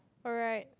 all right